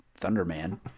Thunderman